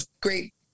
great